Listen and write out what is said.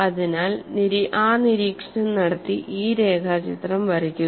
അതിനാൽ ആ നിരീക്ഷണം നടത്തി ഈ രേഖാചിത്രം വരക്കുക